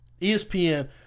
ESPN